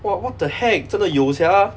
!wah! what the heck 真的有 sia